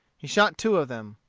he shot two of them.